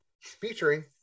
Featuring